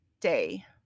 day